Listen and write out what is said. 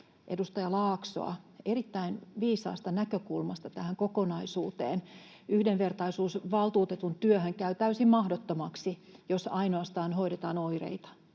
edustaja Laaksoa erittäin viisaasta näkökulmasta tähän kokonaisuuteen. Yhdenvertaisuusvaltuutetun työhän käy täysin mahdottomaksi, jos hoidetaan ainoastaan oireita.